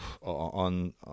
on